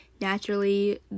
Naturally